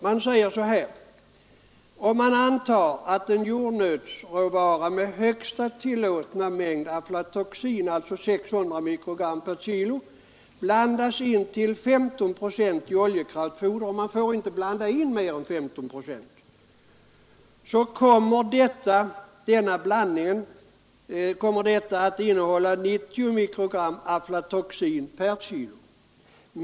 Man säger där: ”Om man antar att en jordnötsråvara med högsta tillåtna mängd aflatoxin, 600 mikrogram kg.